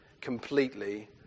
completely